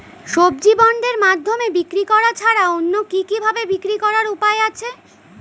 সবজি বন্ডের মাধ্যমে বিক্রি করা ছাড়া অন্য কি কি ভাবে বিক্রি করার উপায় আছে?